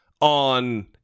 on